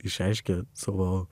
išreiškė savo